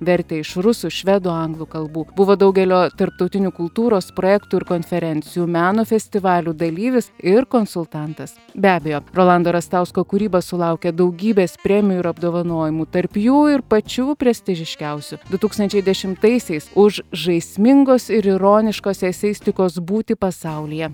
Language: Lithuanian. vertė iš rusų švedų anglų kalbų buvo daugelio tarptautinių kultūros projektų ir konferencijų meno festivalių dalyvis ir konsultantas be abejo rolando rastausko kūryba sulaukė daugybės premijų ir apdovanojimų tarp jų ir pačių prestižiškiausių du tūkstančiai dešimtaisiais už žaismingos ir ironiškos eseistikos būtį pasaulyje